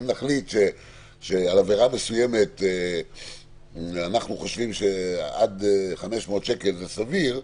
אם נחליט שעל עבירה מסוימת אנחנו חושבים שעד 500 שקל זה סביר,